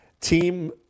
team